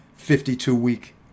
52-week